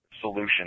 solution